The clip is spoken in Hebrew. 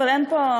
אבל אין פה,